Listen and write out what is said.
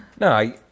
No